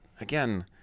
again